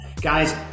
Guys